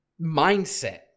mindset